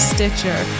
Stitcher